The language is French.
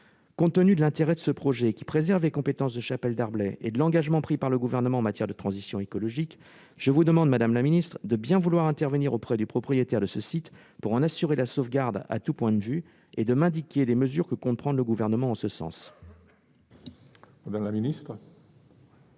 Compte tenu de l'intérêt de ce projet, qui préserve les compétences de Chapelle Darblay, et de l'engagement pris par le Gouvernement en matière de transition écologique, je vous demande, madame la ministre, de bien vouloir intervenir auprès du propriétaire de ce site pour en assurer la sauvegarde à tous points de vue et de m'indiquer les mesures que le Gouvernement compte prendre en ce sens.